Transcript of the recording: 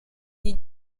gihe